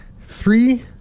three